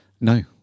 No